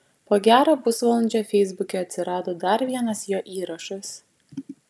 po gero pusvalandžio feisbuke atsirado dar vienas jo įrašas